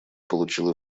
получила